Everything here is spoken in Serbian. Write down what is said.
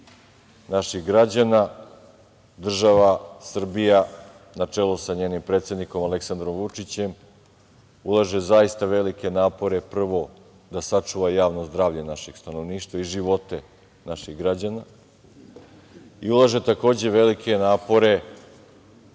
naših građana, država Srbija, na čelu sa njenim predsednikom Aleksandrom Vučićem, ulaže zaista velike napore prvo da sačuva javno zdravlje našeg stanovništva i živote naših građana. Ulaže takođe velike napore